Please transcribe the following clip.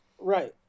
right